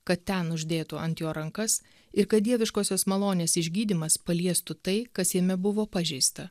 kad ten uždėtų ant jo rankas ir kad dieviškosios malonės išgydymas paliestų tai kas jame buvo pažeista